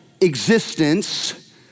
existence